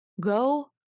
go